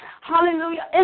hallelujah